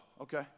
Okay